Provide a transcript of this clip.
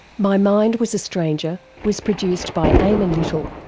my mind was a stranger was produced by eamon little,